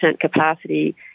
capacity